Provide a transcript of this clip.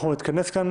נתכנס כאן